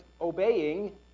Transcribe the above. obeying